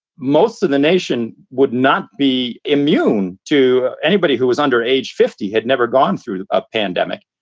most of the nation would not be immune to anybody who was under age fifty, had never gone through a pandemic.